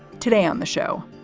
today on the show,